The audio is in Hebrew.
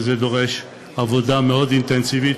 וזה דורש עבודה מאוד אינטנסיבית,